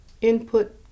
input